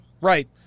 Right